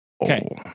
Okay